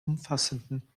umfassenden